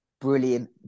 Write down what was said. Brilliant